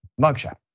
mugshot